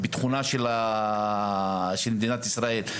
לביטחונה של מדינת ישראל,